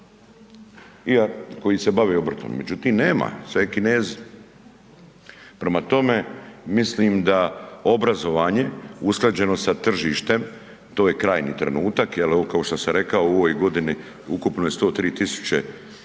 koji se bave obrtom, međutim nema sad je Kinezi. Prema tome, mislim da obrazovanje usklađeno sa tržištem to je krajnji trenutak jer ovo ka šta sam rekao u ovoj godini ukupno je 103.000